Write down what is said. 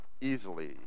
easily